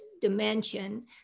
dimension